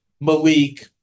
Malik